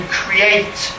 create